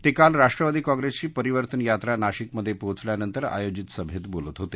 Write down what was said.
ते काल राष्ट्रवादी काँग्रेसची परिवर्तन यात्रा नाशिकमधे पोचल्यानंतर आयोजित सभेत बोलत होते